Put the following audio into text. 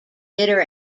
bitter